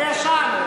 הישן,